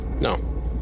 no